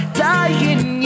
dying